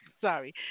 sorry